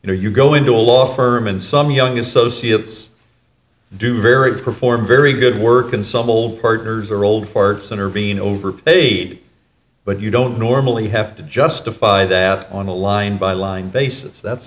you know you go into a law firm and some young associates do very perform very good work in some old partners or old ford center being overpaid but you don't normally have to justify that on a line by line basis that's